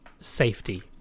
safety